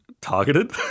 targeted